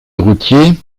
routier